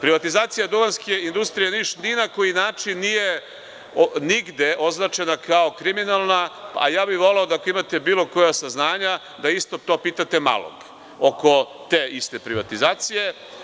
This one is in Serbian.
Privatizacija „Duvanske industrije Niš“, ni na koji način nije nigde označena kao kriminalna, a ja bi voleo da ako imate bilo koja saznanja, da isto to pitate Malog, oko te iste privatizacije.